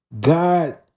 God